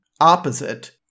opposite